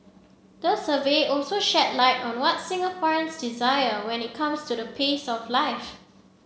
the survey also shed light on what Singaporeans desire when it comes to the pace of life